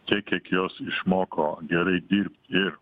tiek kiek juos išmoko gerai dirb ir